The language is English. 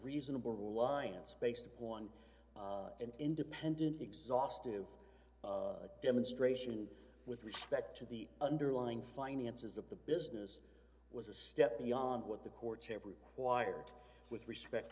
reasonable lines based on an independent exhaustive demonstration with respect to the underlying finances of the business was a step beyond what the courts have required with respect